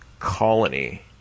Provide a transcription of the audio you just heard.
colony